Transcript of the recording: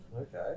Okay